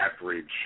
average